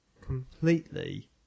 completely